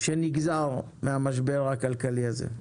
שנגזר מהמשבר הכלכלי הזה.